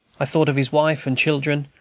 i thought of his wife and children,